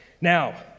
Now